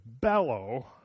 bellow